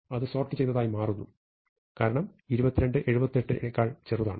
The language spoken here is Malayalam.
അത് സോർട്ട് ചെയ്തതായി മാറുന്നു കാരണം 22 78 നേക്കാൾ ചെറുതാണ്